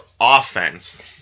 offense